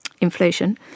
inflation